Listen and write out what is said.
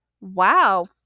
Wow